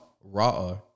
raw